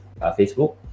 facebook